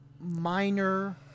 minor